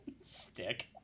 stick